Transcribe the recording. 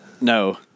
No